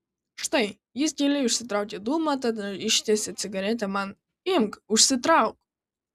štai jis giliai užsitraukia dūmą tada ištiesia cigaretę man imk užsitrauk